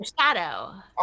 Shadow